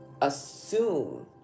assume